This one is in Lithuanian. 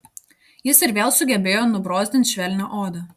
jis ir vėl sugebėjo nubrozdint švelnią odą